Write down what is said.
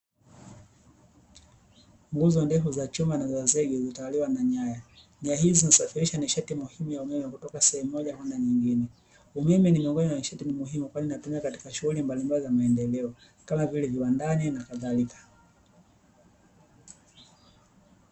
Nguzo ndefu za chuma na za zege zimetawaliwa na nyaya, nyaya hizi husafirisha nishati muhimu ya umeme kutoka sehemu moja kwenda nyingine, umeme ni miongini mwa nishati muhimu kwani inatumika katika shughuli mbalimbali za maendeleo kama vile viwandani na kadhalika.